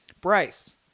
Bryce